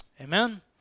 Amen